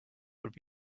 would